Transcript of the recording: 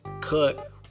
cut